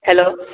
hello